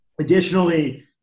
additionally